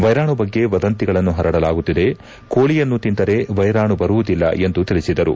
ವೈರಾಣು ಬಗ್ಗೆ ವದಂತಿಗಳನ್ನು ಪರಡಲಾಗುತ್ತಿದೆ ಕೋಳಿಯನ್ನು ತಿಂದರೆ ವೈರಾಣು ಬರುವುದಿಲ್ಲ ಎಂದು ತಿಳಿಸಿದರು